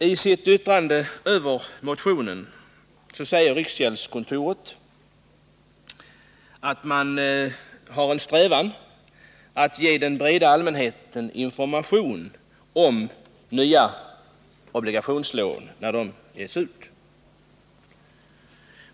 I sitt yttrande över motionen säger fullmäktige i riksgäldskontoret att man har en strävan att ge den breda allmänheten information om nya obligationslån, när de ges ut.